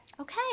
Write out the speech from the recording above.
okay